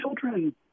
children